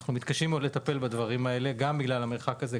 אנחנו מתקשים מאוד לטפל בדברים האלה גם בגלל "המרחק" הזה,